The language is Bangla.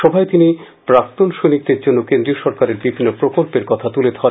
সভায় তিনি প্রাক্তন সৈনিকদের জন্য কেন্দ্রীয় সরকারের বিভিন্ন প্রকল্পের কথা তুলে ধরেন